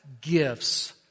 gifts